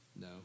No